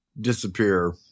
disappear